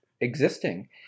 existing